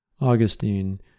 Augustine